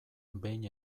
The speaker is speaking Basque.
behin